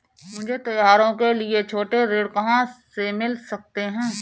मुझे त्योहारों के लिए छोटे ऋण कहाँ से मिल सकते हैं?